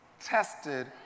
tested